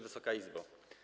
Wysoka Izbo!